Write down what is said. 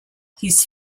his